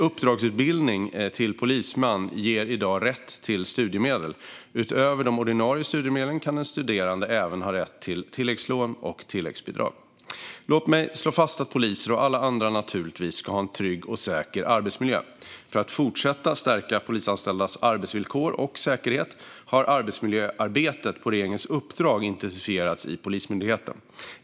Uppdragsutbildning till polisman ger i dag rätt till studiemedel. Utöver de ordinarie studiemedlen kan en studerande även ha rätt till tilläggslån och tilläggsbidrag. Låt mig slå fast att poliser och alla andra naturligtvis ska ha en trygg och säker arbetsmiljö. För att fortsätta stärka polisanställdas arbetsvillkor och säkerhet har arbetsmiljöarbetet på regeringens uppdrag intensifierats i Polismyndigheten.